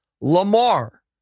Lamar